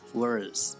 words